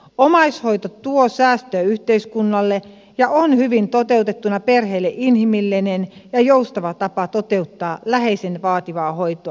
omaishoito tuo säästöä yhteiskunnalle ja on hyvin toteutettuna perheille inhimillinen ja joustava tapa toteuttaa läheisen vaativaa hoitoa